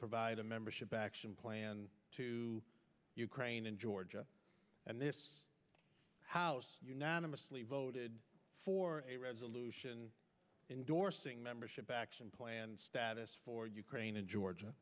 provide a membership action plan to ukraine and georgia and this house unanimously voted for a resolution endorsing membership action plan status for ukraine and georgia